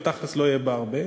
אבל תכל'ס לא יהיה בה הרבה,